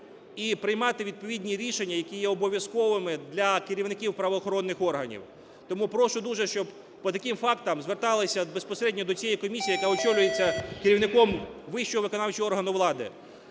і приймати відповідні рішення, які є обов'язковими для керівників правоохоронних органів. Тому прошу дуже, щоб по таким фактам зверталися безпосередньо до цієї комісії, яка очолюється керівником вищого виконавчого органу влади.